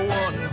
one